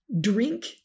Drink